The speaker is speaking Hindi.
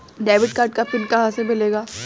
डेबिट कार्ड का पिन कहां से मिलेगा?